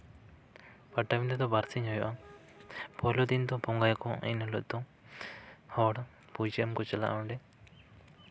ᱯᱟᱴᱟᱵᱤᱫᱟᱹ ᱫᱚ ᱵᱟᱨᱥᱤᱧ ᱦᱩᱭᱩᱜᱼᱟ ᱯᱳᱭᱞᱳ ᱫᱤᱱ ᱫᱚ ᱵᱚᱸᱜᱟᱭᱟᱠᱚ ᱮᱱᱦᱤᱞᱳᱜ ᱫᱚ ᱦᱚᱲ ᱯᱩᱡᱟᱹ ᱮᱢ ᱠᱚ ᱪᱟᱞᱟᱜᱼᱟ ᱚᱸᱰᱮ